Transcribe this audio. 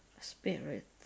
spirit